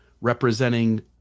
representing